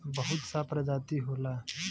बहुत सा प्रजाति होला